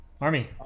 Army